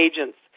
Agents